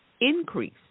increase